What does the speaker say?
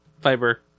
fiber